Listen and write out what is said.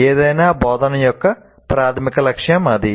ఏదైనా బోధన యొక్క ప్రాధమిక లక్ష్యం అది